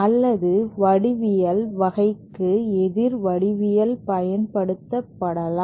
அல்லது வடிவியல் வகைக்கு எதிர் வடிவியல் பயன்படுத்தப்படலாம்